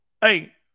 Hey